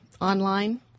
online